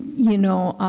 you know,